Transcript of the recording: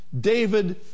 David